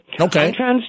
okay